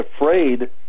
afraid